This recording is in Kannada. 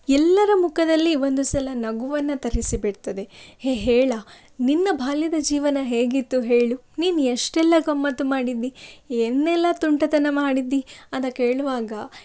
ಎಲ್ಲರ ಮುಖದಲ್ಲಿ ಒಂದು ಸಲ ನಗುವನ್ನು ತರಿಸಿ ಬಿಡ್ತದೆ ಹೇ ಹೇಳಾ ನಿನ್ನ ಬಾಲ್ಯದ ಜೀವನ ಹೇಗಿತ್ತು ಹೇಳು ನೀನು ಎಷ್ಟೆಲ್ಲ ಗಮ್ಮತ್ತು ಮಾಡಿದ್ದಿ ಏನೆಲ್ಲ ತುಂಟತನ ಮಾಡಿದ್ದಿ ಅಂತ ಕೇಳುವಾಗ